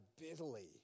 bitterly